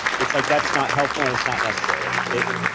it's like, that's not helpful. and it's not necessary it.